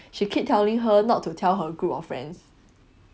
she keep telling her not to tell her group of friends